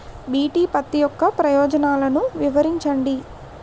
BT పత్తి యొక్క ప్రయోజనాలను వివరించండి?